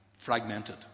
Fragmented